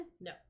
No